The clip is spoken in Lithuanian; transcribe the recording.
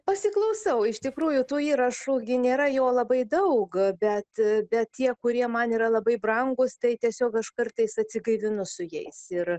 pasiklausau iš tikrųjų tų įrašų gi nėra jo labai daug bet bet tie kurie man yra labai brangūs tai tiesiog aš kartais atsigaivinu su jais ir